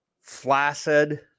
flaccid